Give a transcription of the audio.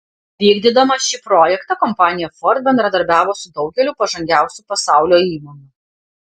vykdydama šį projektą kompanija ford bendradarbiavo su daugeliu pažangiausių pasaulio įmonių